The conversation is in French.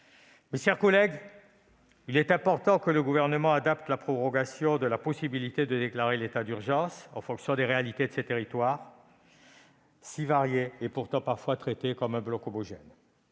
Mes chers collègues, il est important que le Gouvernement adapte la prorogation de la possibilité de déclarer l'état d'urgence en fonction des réalités de ces territoires si variés, et pourtant parfois traités comme un bloc homogène.